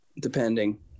depending